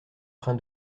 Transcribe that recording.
train